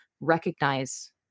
recognize